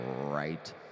right